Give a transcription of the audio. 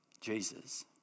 Jesus